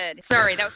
Sorry